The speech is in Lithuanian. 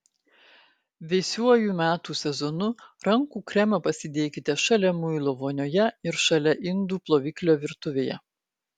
vėsiuoju metų sezonu rankų kremą pasidėkite šalia muilo vonioje ir šalia indų ploviklio virtuvėje